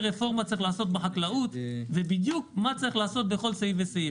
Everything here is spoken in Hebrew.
רפורמה צריך לעשות בחקלאות ומה בדיוק צריך לעשות בכל סעיף וסעיף.